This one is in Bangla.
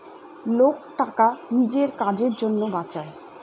লোক টাকা নিজের কাজের জন্য বাঁচায়